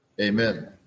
Amen